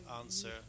answer